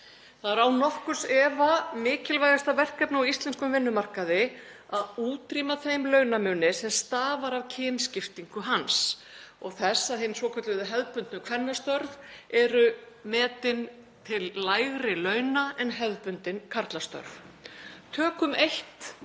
Það er án nokkurs efa mikilvægasta verkefni á íslenskum vinnumarkaði að útrýma þeim launamun sem stafar af kynskiptingu hans og þess að hin svokölluðu hefðbundnu kvennastörf eru metin til lægri launa en hefðbundin karlastörf. Tökum eitt